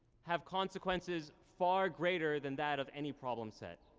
have consequences far greater than that of any problem set.